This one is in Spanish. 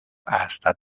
hasta